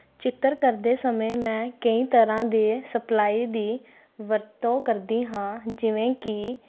ਚਿੱਤਰ ਕਰਦੇ ਸਮੇਂ ਮੈਂ ਕਈ ਤਰ੍ਹਾਂ ਦੇ ਸਪਲਾਈ ਦੀ ਵਰਤੋਂ ਕਰਦੀ ਹਾਂ ਜਿਵੇਂ ਕਿ